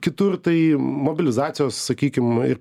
kitur tai mobilizacijos sakykim ir